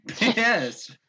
Yes